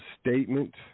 statement